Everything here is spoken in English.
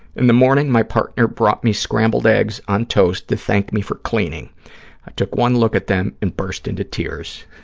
in the morning, my partner brought me scrambled eggs on toast to thank me for cleaning. i took one look at them and burst into tears.